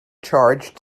charged